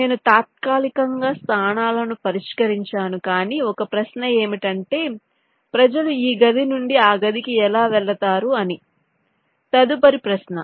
నేను తాత్కాలికంగా స్థానాలను పరిష్కరించాను కాని ఒక ప్రశ్న ఏమిటంటే ప్రజలు ఈ గది నుండి ఆ గదికి ఎలా వెళతారు అనేది తదుపరి ప్రశ్న